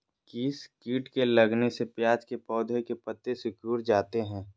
किस किट के लगने से प्याज के पौधे के पत्ते सिकुड़ जाता है?